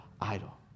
idol